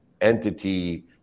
entity